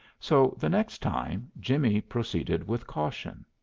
so, the next time jimmie proceeded with caution.